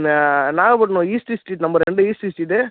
இந்த Nagapattinam east street number ரெண்டு east street